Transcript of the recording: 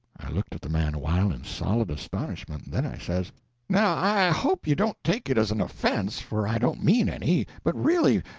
i looked at the man awhile in solid astonishment then i says now, i hope you don't take it as an offence, for i don't mean any, but really,